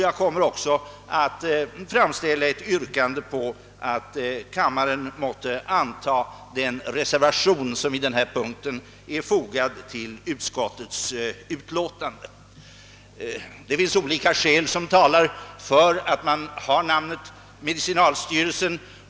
Jag kommer också att yrka att kammaren måtte antaga den reservation som i denna punkt är fogad till utskottets utlåtande. Olika skäl talar för namnet medicinalstyrelsen.